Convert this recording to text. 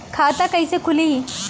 खाता कईसे खुली?